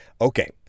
Okay